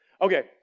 Okay